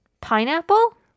Pineapple